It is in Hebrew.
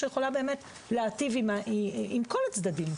שיכולה להיטיב עם כל הצדדים.